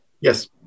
Yes